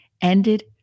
ended